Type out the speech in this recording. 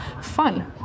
fun